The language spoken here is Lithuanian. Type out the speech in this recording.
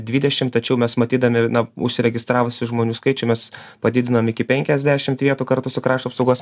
dvidešim tačiau mes matydami užsiregistravusių žmonių skaičių mes padidinom iki penkiasdešimt vietų kartu su krašto apsaugos